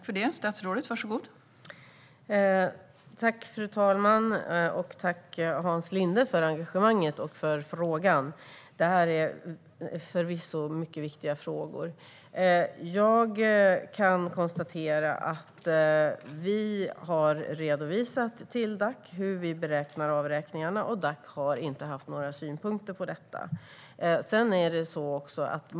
Fru ålderspresident! Jag tackar Hans Linde för engagemanget och frågan. Det här är mycket viktiga frågor. Vi har redovisat till Dac hur vi beräknar avräkningarna, och Dac har inte haft några synpunkter på det.